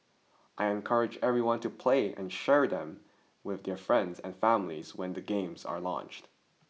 I encourage everyone to play and share them with their friends and families when the games are launched